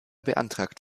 beantragt